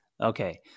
Okay